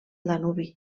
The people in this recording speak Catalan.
danubi